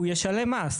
הוא ישלם מס.